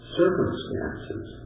circumstances